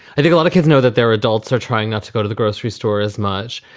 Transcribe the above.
i think a lot of kids know that they're adults are trying not to go to the grocery store as much.